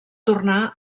tornar